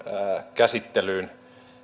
käsittelyyn